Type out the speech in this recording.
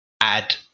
add